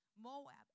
moab